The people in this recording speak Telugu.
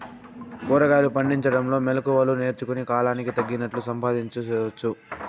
కూరగాయలు పండించడంలో మెళకువలు నేర్చుకుని, కాలానికి తగినట్లు సంపాదించు తెలుసుకోవచ్చు